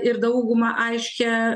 ir daugumą aiškią